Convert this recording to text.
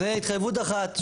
זו התחייבות אחת.